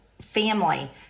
family